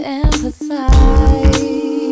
empathize